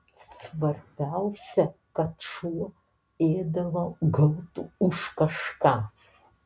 svarbiausia kad šuo ėdalo gautų už kažką